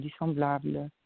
dissemblable